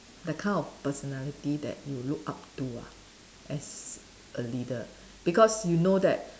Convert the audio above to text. that kind of personality that you look up to ah as a leader because you know that